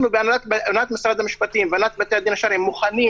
הנהלת משרד המשפטים והנהלת בתי הדין השרעיים מוכנים